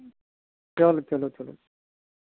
चलो चलो चलो